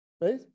right